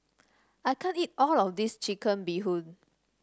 I can't eat all of this Chicken Bee Hoon